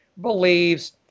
believes